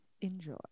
Enjoy